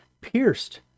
pierced